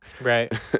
Right